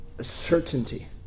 certainty